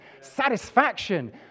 satisfaction